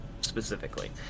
specifically